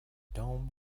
dome